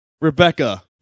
Rebecca